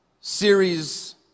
series